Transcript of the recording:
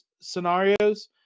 scenarios